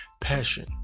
passion